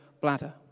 bladder